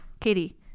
Katie